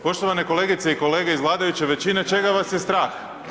Poštovane kolegice i kolege iz vladajuće većine čega vas je strah?